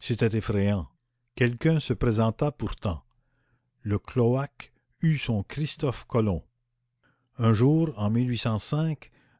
c'était effrayant quelqu'un se présenta pourtant le cloaque eut son christophe colomb un jour en